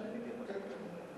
לא ייאמן, הממשלה הזאת.